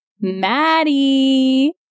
Maddie